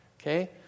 Okay